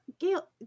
Gail